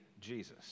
Jesus